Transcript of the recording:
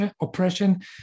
oppression